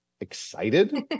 excited